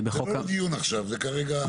זה לא לדיון עכשיו, זה כרגע להבנת היושב ראש.